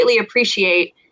appreciate